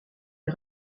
est